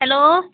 hello